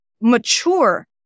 mature